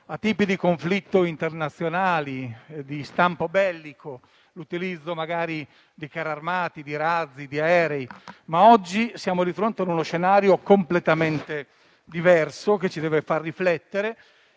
abituati a conflitti internazionali di stampo bellico, con l'utilizzo magari di carri armati, di razzi, di aerei, ma oggi siamo di fronte a uno scenario completamente diverso, che ci deve far riflettere